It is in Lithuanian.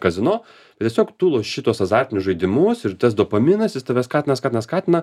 kazino tiesiog tu loši tuos azartinius žaidimus ir tas dopaminas jis tave skatina skatina skatina